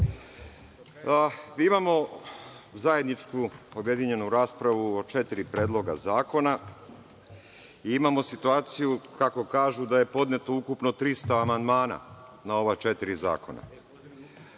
Imamo zajedničku objedinjenu raspravu o četiri predloga zakona. Imamo situaciju, kako kažu, da je podneto ukupno 300 amandmana na ova četiri zakona.